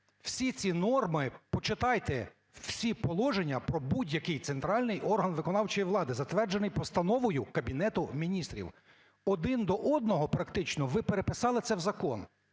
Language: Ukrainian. Всі ці норми, почитайте, всі положення про будь-який центральний орган виконавчої влади, затверджений постановою Кабінету Міністрів, один до одного практично ви переписали це в закон.